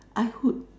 I would